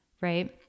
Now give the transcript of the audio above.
Right